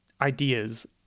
ideas